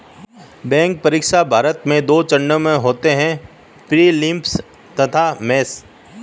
bank परीक्षा, भारत में दो चरण होते हैं प्रीलिम्स तथा मेंस